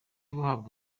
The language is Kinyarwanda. guhabwa